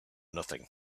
nothing